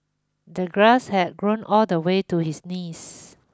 the grass had grown all the way to his knees